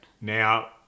Now